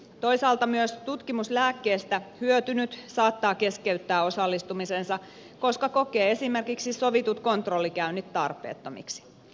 toisaalta myös tutkimuslääkkeestä hyötynyt saattaa keskeyttää osallistumisensa koska kokee esimerkiksi sovitut kontrollikäynnit tarpeettomiksi